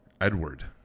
Edward